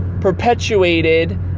Perpetuated